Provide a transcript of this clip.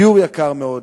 הדיור יקר מאוד,